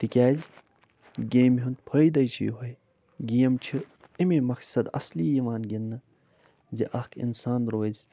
تِکیٛازِ گیمہِ ہُنٛد فٲیدَے چھِ یِہوٚے گیم چھِ اَمی مقصد اَصلی یِوان گِنٛدنہٕ زِ اَکھ اِنسان روزِ